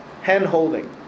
hand-holding